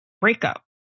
breakup